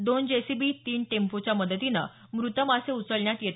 दोन जेसीबी तीन टेम्पोच्या मदतीनं मृत मासे उचलण्यात आले